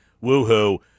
woo-hoo